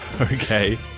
Okay